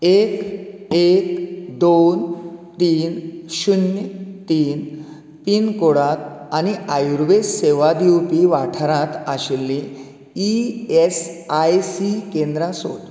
एक एक दोन तीन शुन्य तीन पिनकोडांत आनी आयुर्वेद सेवा दिवपी वाठारांत आशिल्लीं ई एस आय सी केंद्रां सोद